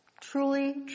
Truly